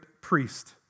priest